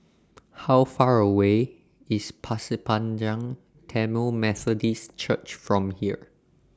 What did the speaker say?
How Far away IS Pasir Panjang Tamil Methodist Church from here